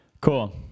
Cool